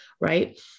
right